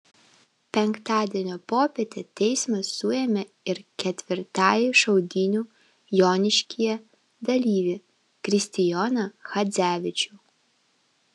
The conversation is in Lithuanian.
penktadienio popietę teismas suėmė ir ketvirtąjį šaudynių joniškyje dalyvį kristijoną chadzevičių